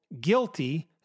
guilty